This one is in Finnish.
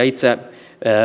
itse